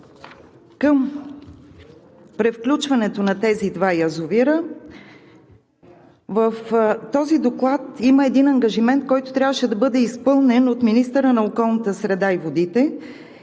към превключването на тези два язовира. В този доклад има един ангажимент, който трябваше да бъде изпълнен от министъра на околната среда и водите